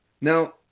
Now